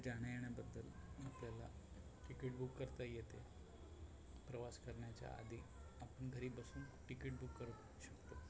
कुठे जाण्या येण्याबद्दल आपल्याला तिकीट बुक करता येते प्रवास करण्याच्या आधी आपण घरी बसून तिकीट बुक करू शकतो